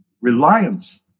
reliance